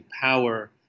power